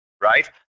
right